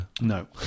No